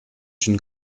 une